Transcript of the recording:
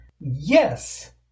yes